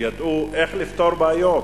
וידעו איך לפתור בעיות.